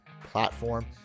platform